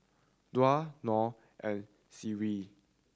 Dhia Nor and Seri